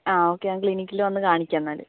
ആ ഓക്കെ ഞാൻ ക്ലിനിക്കിൽ വന്ന് കാണിക്കാം എന്നാൽ